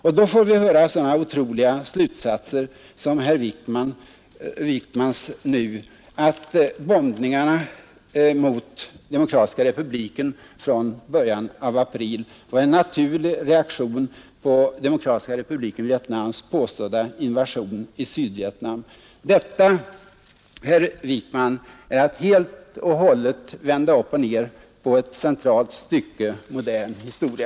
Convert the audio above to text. Och då får vi höra sådana otroliga slutsatser som herr Wijkmans nu att bombningarna mot Demokratiska republiken Vietnam från början av april var en naturlig reaktion på DRV:s påstådda invasion i Sydvietnam. Detta, herr Wijkman, är att helt och hållet vända upp och ner på ett centralt stycke modern historia.